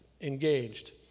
engaged